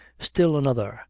still another.